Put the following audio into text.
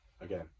again